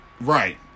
Right